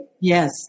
Yes